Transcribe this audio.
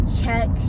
check